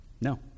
No